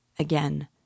Again